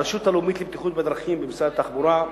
הרשות הלאומית לבטיחות בדרכים במשרד התחבורה,